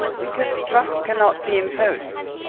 because trust cannot be imposed.